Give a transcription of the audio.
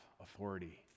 authority